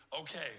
okay